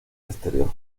exterior